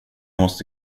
måste